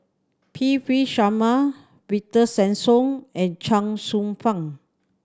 P V Sharma Victor Sassoon and Chuang Hsueh Fang